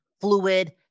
fluid